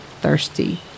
thirsty